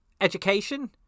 Education